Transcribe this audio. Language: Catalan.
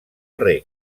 reg